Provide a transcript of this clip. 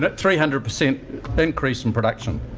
but three hundred percent increase in production.